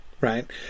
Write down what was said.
Right